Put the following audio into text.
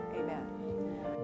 amen